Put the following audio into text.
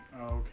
okay